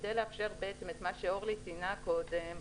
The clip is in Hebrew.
כדי לאפשר את מה שאורלי ציינה קודם,